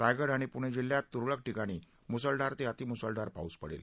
रायगड आणि पूणे जिल्ह्यात तूरळक ठिकाणी मुसळधार ते अतिमुसळधार पाऊस पडेल